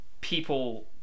people